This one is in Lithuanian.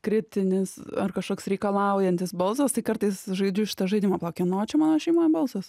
kritinis ar kažkoks reikalaujantis balsas kartais žaidžiu šitą žaidimą pala kieno čia mano šeima ir balsas